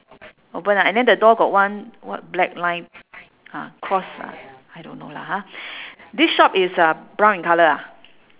open ah and then the door got one what black line uh cross ah I don't know lah ha this shop is uh brown in colour ah